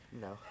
No